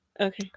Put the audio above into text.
Okay